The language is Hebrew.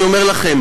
אני אומר לכם,